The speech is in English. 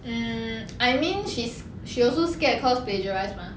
mm I mean she's she also scared cause plagiarize mah